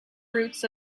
roots